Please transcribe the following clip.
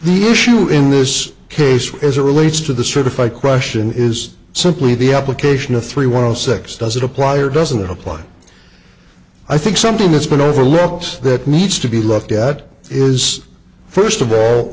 the issue in this case as it relates to the certify question is simply the application of three one of sex doesn't apply or doesn't apply i think something that's been overlooked that needs to be looked at is first of all